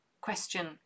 question